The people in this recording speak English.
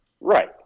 Right